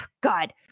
God